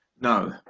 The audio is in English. No